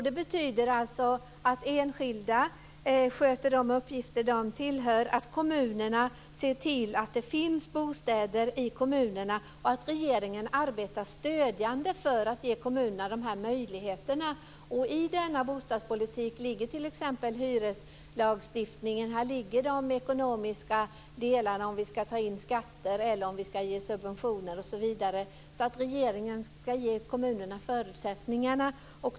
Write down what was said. Det betyder att enskilda ska sköta sina uppgifter, att kommunerna ska se till att det finns bostäder och att regeringen ska arbeta stödjande för att ge kommunerna dessa möjligheter. I denna bostadspolitik ingår t.ex. hyreslagstiftningen och de ekonomiska delarna, om man ska ta in skatter eller betala ut subventioner. Regeringen ska alltså ge kommunerna förutsättningar.